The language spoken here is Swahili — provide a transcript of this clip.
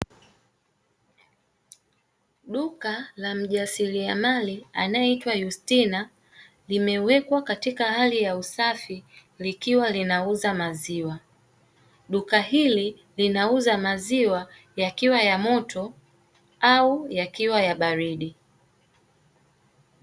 Duka la mjasiriamali anayeitwa yustina, limewekwa katika hali ya usafi linauza maziwa. Duka hili linauza maziwa yakiwa yamoto au yakiwa ya baridi.